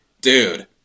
Dude